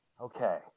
okay